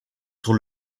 sur